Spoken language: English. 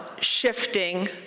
shifting